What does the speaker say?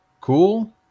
cool